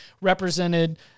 represented